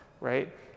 right